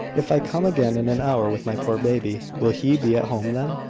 if i come again in an hour with my poor baby, will he be at home then?